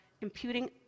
imputing